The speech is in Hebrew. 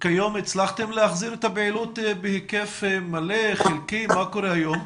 וכיום הצלחתם להחזיר את הפעילות בהיקף מלא או חלקי מה קורה היום?